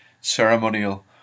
ceremonial